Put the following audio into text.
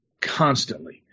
constantly